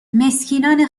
مسکینان